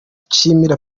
nshimira